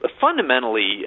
fundamentally